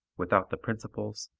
without the principals,